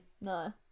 no